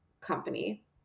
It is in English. company